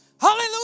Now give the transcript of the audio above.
Hallelujah